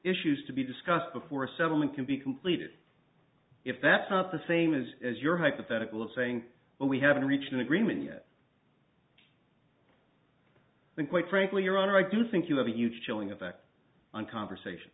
issues to be discussed before a settlement can be completed if that's not the same as as your hypothetical saying but we haven't reached an agreement yet i think quite frankly your honor i do think you have a huge chilling effect on conversations